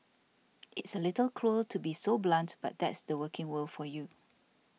it's a little cruel to be so blunt but that's the working world for you